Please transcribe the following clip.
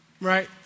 right